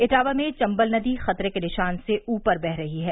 इटावा में चम्बल नदी खतरे के निशान से ऊपर बह रही है